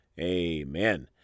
amen